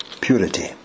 purity